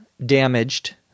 Damaged